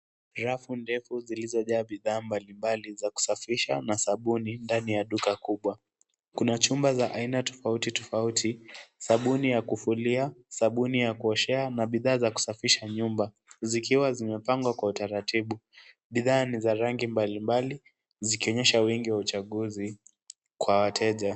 Rafu ndefu zilizojaa bidhaa mbalimbali za kusafisha na sabuni, ndani ya duka kubwa. Kuna chumba za aina tofauti tofauti, sabuni ya kufulia, sabuni ya kuoshea na bidhaa za kusafisha nyumba, zikiwa zimepangwa kwa utaratibu. Bidhaa ni za rangi mbalimbali, zikionyesha wingi wa uchaguzi kwa wateja.